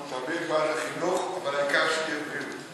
אנחנו תמיד בעד החינוך, אבל העיקר שתהיה בריאות.